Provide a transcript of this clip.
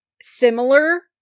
similar